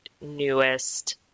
newest